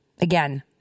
Again